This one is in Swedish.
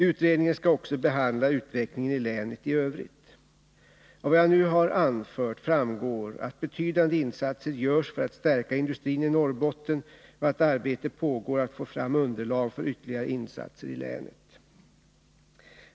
Utredningen skall också behandla utvecklingen i länet i övrigt. Av vad jag nu har anfört framgår att betydande insatser görs för att stärka industrin i Norrbotten och att arbete pågår för att få fram underlag för ytterligare insatser i länet.